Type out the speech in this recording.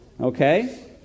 Okay